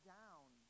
down